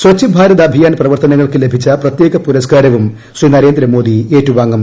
സ്വഛ് ഭാരത് അഭിയാൻ പ്രവർത്തനങ്ങൾക്ക് ലഭിച്ച പ്രപ്ത്യേക പുരസ്കാരവും ശ്രീ മോദി ഏറ്റു വാങ്ങും